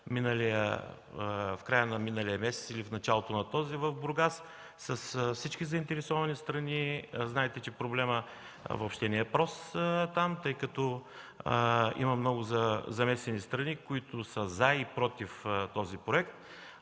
в края на миналия месец или в началото на този, в Бургас с всички заинтересовани страни. Знаете, че проблемът въобще не е прост там, тъй като има много замесени страни, които са за и против този проект.